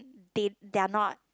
they their not